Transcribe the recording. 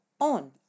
on